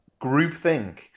groupthink